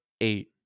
eight